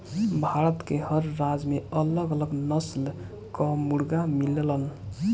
भारत के हर राज्य में अलग अलग नस्ल कअ मुर्गा मिलेलन